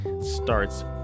starts